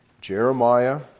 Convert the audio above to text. Jeremiah